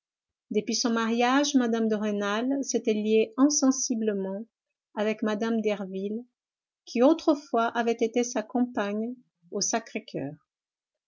depuis son mariage mme de rênal s'était liée insensiblement avec mme derville qui autrefois avait été sa compagne au sacré-coeur